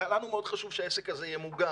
לנו מאוד חשוב שהעסק הזה ימוגן.